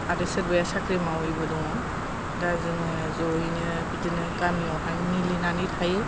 आरो सोरबाया साख्रि मावैबो दङ दा जोङो जयैनो बिदिनो गामियावहाय मिलायनानै थायो